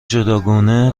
جداگانه